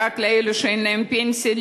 דאג לאלו שאין להם פנסיה,